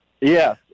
Yes